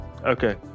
okay